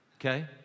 Okay